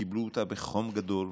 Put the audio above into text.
שקיבלו אותה בחום גדול.